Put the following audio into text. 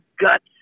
guts